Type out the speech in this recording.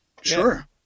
Sure